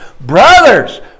Brothers